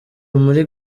muri